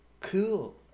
Cool